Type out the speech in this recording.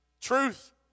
Truth